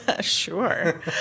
Sure